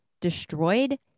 destroyed